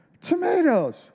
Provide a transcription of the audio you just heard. tomatoes